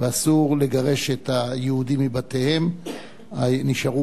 ושאסור לגרש את היהודים מבתיהם נשארו